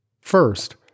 First